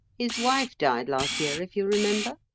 his wife died last year, if you remember.